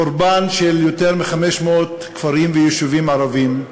חורבן של יותר מ-500 כפרים ויישובים ערביים,